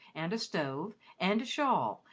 and a stove, and a shawl,